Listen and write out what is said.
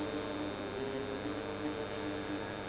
on